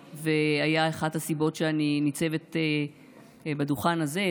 והיה אחת הסיבות לכך שאני ניצבת על הדוכן הזה.